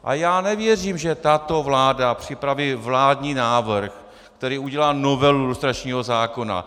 A já nevěřím, že tato vláda připraví vládní návrh, který udělá novelu lustračního zákona.